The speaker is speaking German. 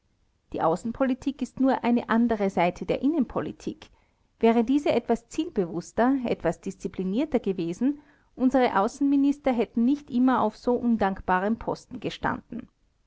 die außenpolitik ist nur die andere seite der innenpolitik wäre diese etwas zielbewußter etwas disziplinierter gewesen unsere außenminister hätten nicht immer auf so undankbarem posten gestanden